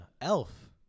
Elf